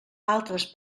altres